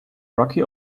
rocky